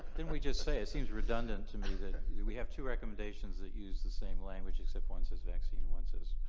didn't we just say it? it seems redundant to me that we have two recommendations that use the same language, except one says vaccine and one says.